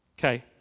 Okay